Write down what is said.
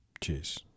Cheers